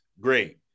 Great